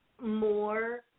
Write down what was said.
more